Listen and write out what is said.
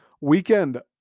Weekend